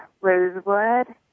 rosewood